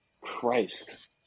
Christ